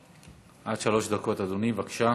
עד שלוש דקות, אדוני, בבקשה.